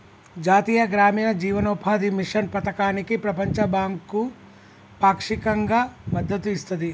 జాతీయ గ్రామీణ జీవనోపాధి మిషన్ పథకానికి ప్రపంచ బ్యాంకు పాక్షికంగా మద్దతు ఇస్తది